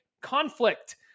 conflict